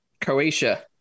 Croatia